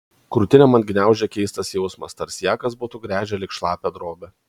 krūtinę man gniaužė keistas jausmas tarsi ją kas būtų gręžę lyg šlapią drobę